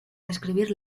describir